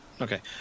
Okay